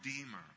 Redeemer